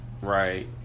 Right